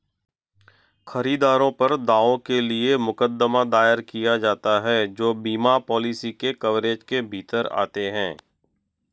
खरीदार पर दावों के लिए मुकदमा दायर किया जाता है जो बीमा पॉलिसी के कवरेज के भीतर आते हैं